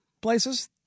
places